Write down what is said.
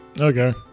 Okay